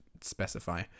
specify